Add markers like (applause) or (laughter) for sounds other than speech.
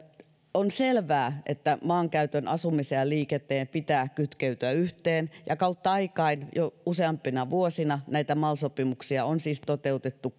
on selvää että maankäytön asumisen ja liikenteen pitää kytkeytyä yhteen (unintelligible) ja kautta aikain jo useampina vuosina näitä mal sopimuksia on siis toteutettu (unintelligible)